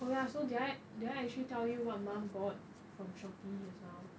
oh ya so did I did I actually tell you what mum bought from Shopee just now